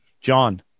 John